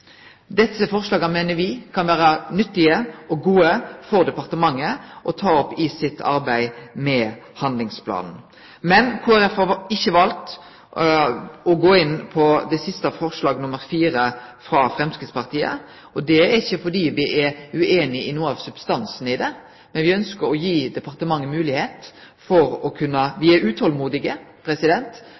Desse forslaga meiner me kan vere nyttige og gode for departementet å ta med i sitt arbeid med handlingsplanen. Men Kristeleg Folkeparti har ikkje valt å gå inn på det siste forslaget, forslag nr. 4, frå Framstegspartiet. Det er ikkje fordi me er ueinige i noe av substansen i det – me er utålmodige – men me ønskjer å gi departementet tilstrekkeleg tid til å